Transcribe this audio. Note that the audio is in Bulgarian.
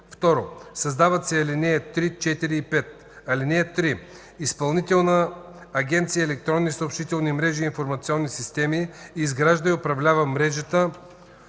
2. Създават се ал. 3, 4 и 5: „(3) Изпълнителна агенция „Електронни съобщителни мрежи и информационни системи” изгражда и управлява мрежата